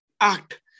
act